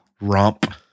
romp